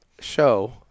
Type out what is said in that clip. show